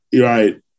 Right